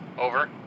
Over